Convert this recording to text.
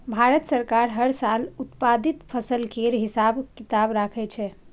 भारत सरकार हर साल उत्पादित फसल केर हिसाब किताब राखै छै